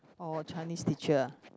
orh Chinese teacher ah